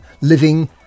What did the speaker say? living